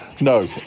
no